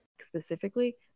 specifically